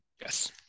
yes